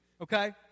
Okay